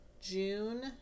June